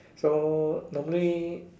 so normally